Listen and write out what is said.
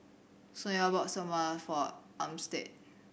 Sonya bought Samosa for Armstead